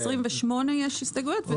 ל-28 יש הסתייגויות.